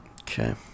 Okay